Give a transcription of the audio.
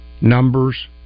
numbers